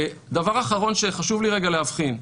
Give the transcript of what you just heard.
דבר אחרון שחשוב לי להבחין.